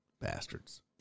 Bastards